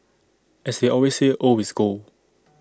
as they always say old is gold